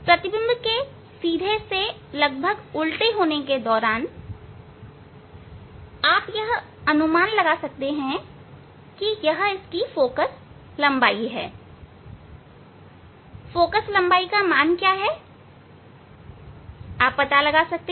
प्रतिबिंब के सीधे से लगभग उल्टे होने के दौरान आप यह अनुमान लगा सकते हैं कि यह फोकल लंबाई है फोकल लंबाई का मान क्या है यह आप पता लगा सकते हैं